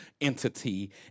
entity